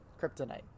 kryptonite